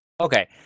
Okay